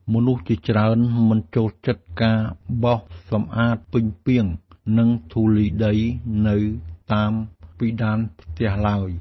មនុស្សជាច្រើនមិនចូលចិត្តការបោសសម្អាតពីងពាង និងធូលីដីនៅតាមពិដានផ្ទះឡើយ។